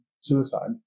suicide